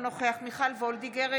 אינו נוכח מיכל וולדיגר,